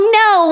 no